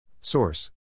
Source